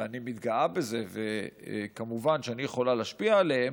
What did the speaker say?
ואני מתגאה בזה, וכמובן אני יכולה להשפיע עליהם,